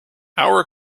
our